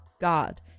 God